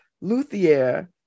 Luthier